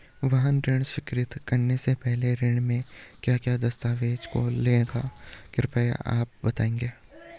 वाहन ऋण स्वीकृति करने से पहले बैंक क्या क्या दस्तावेज़ों को लेगा कृपया आप बताएँगे?